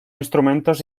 instrumentos